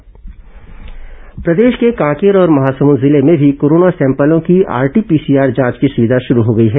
virology lab जांच प्रदेश के कांकेर और महासमुंद जिले में भी कोरोना सैंपलों की आरटी पीसीआर जांच की सुविधा शुरू हो गई है